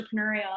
entrepreneurial